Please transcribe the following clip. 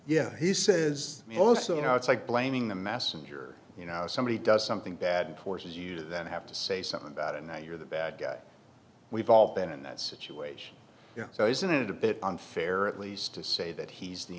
yeah he says also now it's like blaming the messenger you know somebody does something bad horses you then have to say something bad and now you're the bad guy we've all been in that situation so isn't it a bit unfair at least to say that he's the